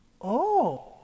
Oh